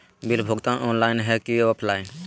Bill भुगतान online है की ऑफलाइन?